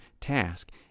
task